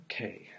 Okay